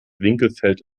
winkelfeld